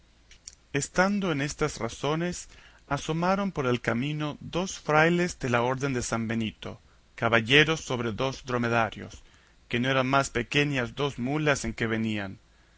estando en estas razones asomaron por el camino dos frailes de la orden de san benito caballeros sobre dos dromedarios que no eran más pequeñas dos mulas en que venían